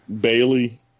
Bailey